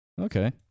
Okay